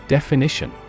Definition